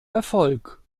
erfolg